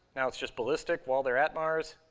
now it's just ballistic while they're at mars.